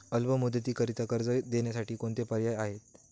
अल्प मुदतीकरीता कर्ज देण्यासाठी कोणते पर्याय आहेत?